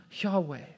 Yahweh